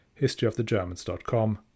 historyofthegermans.com